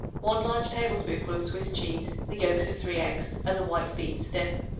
one large tablespoonful of swiss cheese, the yolks of three eggs and the whites beaten stiff.